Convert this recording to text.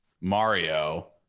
Mario